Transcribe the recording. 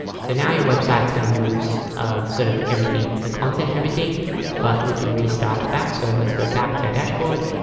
so now your website's going to lose sort of everything the content everything but we can restyle it back so let's go back to our dashboard